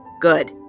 Good